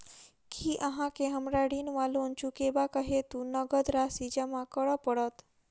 की अहाँ केँ हमरा ऋण वा लोन चुकेबाक हेतु नगद राशि जमा करऽ पड़त?